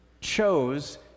chose